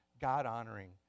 God-honoring